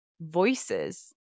voices